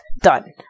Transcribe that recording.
done